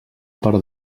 per